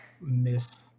miss